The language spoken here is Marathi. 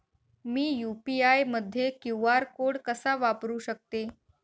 मी यू.पी.आय मध्ये क्यू.आर कोड कसा वापरु शकते?